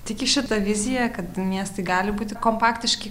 tiki šita vizija kad miestai gali būti kompaktiški